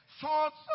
thoughts